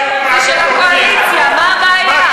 זה של הקואליציה, מה הבעיה?